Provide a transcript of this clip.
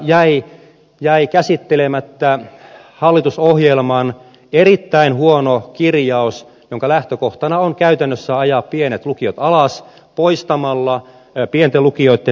täällä jäi käsittelemättä hallitusohjelman erittäin huono kirjaus jonka lähtökohtana on käytännössä ajaa pienet lukiot alas poistamalla pienten lukioitten erityisvaltionosuus